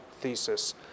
thesis